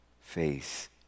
face